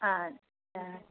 अच्छा